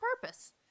purpose